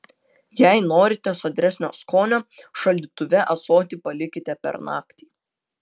jei norite sodresnio skonio šaldytuve ąsotį palikite per naktį